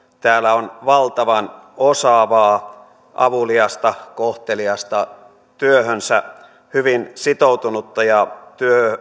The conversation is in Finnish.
täällä on valtavan osaavaa avuliasta kohteliasta työhönsä hyvin sitoutunutta ja